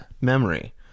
memory